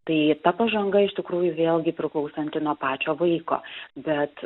tai ta pažanga iš tikrųjų vėlgi priklausanti nuo pačio vaiko bet